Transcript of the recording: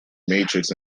matrix